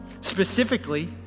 specifically